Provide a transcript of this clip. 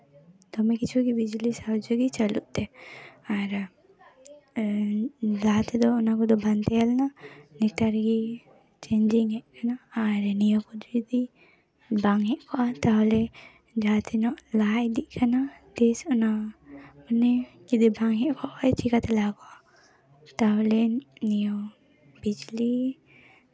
ᱫᱚᱢᱮ ᱠᱤᱪᱷᱩ ᱜᱮ ᱵᱤᱡᱽᱞᱤ ᱥᱟᱨᱟ ᱠᱷᱚᱡ ᱜᱮ ᱪᱟᱹᱞᱤᱩᱜ ᱛᱮ ᱟᱨ ᱞᱟᱦᱟ ᱛᱮᱫᱚ ᱚᱱᱟ ᱠᱚᱫᱚ ᱵᱟᱝ ᱛᱟᱦᱮᱸ ᱞᱮᱱᱟ ᱱᱮᱛᱟᱨ ᱜᱮ ᱪᱮᱧᱡᱤᱝ ᱦᱮᱡ ᱠᱟᱱᱟ ᱟᱨ ᱱᱤᱭᱟᱹ ᱠᱚᱫᱚ ᱡᱩᱫᱤ ᱵᱟᱝ ᱦᱮᱡ ᱠᱚᱜᱼᱟ ᱛᱟᱦᱞᱮ ᱡᱟᱦᱟᱸ ᱛᱤᱱᱟᱹᱜ ᱞᱟᱦᱟ ᱤᱫᱤᱜ ᱠᱟᱱᱟ ᱫᱮᱥ ᱚᱱᱟ ᱱᱤᱭᱟᱹ ᱡᱩᱫᱤ ᱵᱟᱝ ᱦᱮᱡ ᱠᱚᱜᱼᱟ ᱪᱤᱠᱟᱹᱛᱮ ᱞᱟᱦᱟ ᱠᱚᱜᱼᱟ ᱛᱟᱦᱞᱮ ᱱᱤᱭᱟᱹ ᱵᱤᱡᱽᱞᱤ